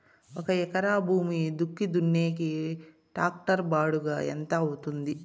ఒక ఎకరా భూమి దుక్కి దున్నేకి టాక్టర్ బాడుగ ఎంత అవుతుంది?